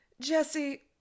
Jesse